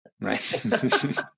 Right